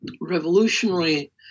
revolutionary